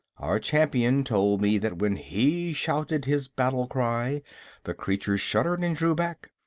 our champion told me that when he shouted his battle-cry the creatures shuddered and drew back,